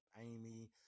Amy